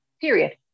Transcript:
Period